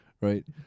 Right